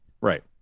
right